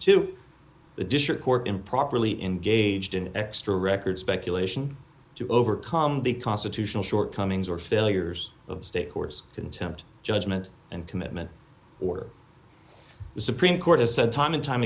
to the district court improperly in gauged in extra record speculation to overcome the constitutional shortcomings or failures of state courts contempt judgment and commitment order supreme court has said time and time